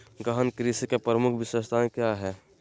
गहन कृषि की प्रमुख विशेषताएं क्या है?